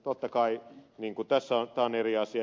totta kai tämä on eri asia